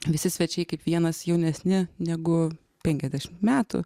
visi svečiai kaip vienas jaunesni negu penkiasdešimt metų